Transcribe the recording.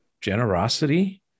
generosity